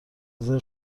رزرو